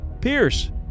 Pierce